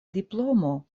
diplomo